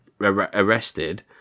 arrested